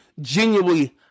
genuinely